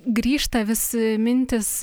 grįžta visi mintys